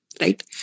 right